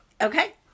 Okay